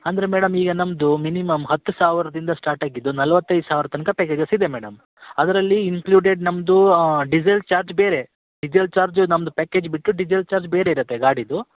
ಅಂದರೆ ಮೇಡಮ್ ಈಗ ನಮ್ಮದು ಮಿನಿಮಮ್ ಹತ್ತು ಸಾವಿರದಿಂದ ಸ್ಟಾರ್ಟ್ ಆಗಿದ್ದು ನಲ್ವತೈದು ಸಾವಿರ ತನಕ ಪ್ಯಾಕೇಜಸ್ ಇದೆ ಮೇಡಮ್ ಅದರಲ್ಲಿ ಇನ್ಕ್ಯೂಡೆಡ್ ನಮ್ಮದು ಡೀಸೆಲ್ ಚಾರ್ಜ್ ಬೇರೆ ಡೀಸೆಲ್ ಚಾರ್ಜ್ ನಮ್ಮದು ಪ್ಯಾಕೇಜ್ ಬಿಟ್ಟು ಡೀಸೆಲ್ ಚಾರ್ಜ್ ಬೇರೆ ಇರುತ್ತೆ ಗಾಡೀದು